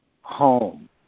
home